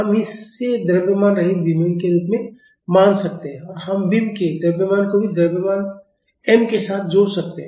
हम इसे द्रव्यमान रहित बीम के रूप में मान सकते हैं और हम बीम के द्रव्यमान को भी द्रव्यमान m के साथ जोड़ सकते हैं